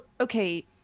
okay